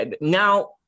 Now